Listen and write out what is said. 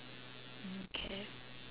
okay